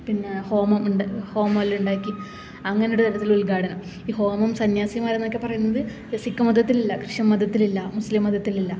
പിന്നെ ഹോമം ഉണ്ടാ ഹോമമെല്ലാം ഉണ്ടാക്കി അങ്ങനെ ഒരു തരത്തിലുള്ള ഉദ്ഘാടനം ഈ ഹോമം സന്യാസിമാർ എന്നൊക്കെ പറയുന്നത് സിക്കുമതത്തില് ഇല്ല ക്രിസ്ത്യന് മതത്തിലില്ല മുസ്ലീം മതത്തിലില്ല